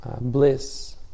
bliss